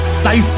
stay